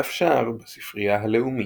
דף שער בספרייה הלאומית